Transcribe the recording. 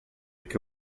che